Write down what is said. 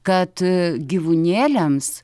kad gyvūnėliams